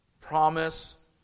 promise